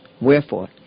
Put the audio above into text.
Wherefore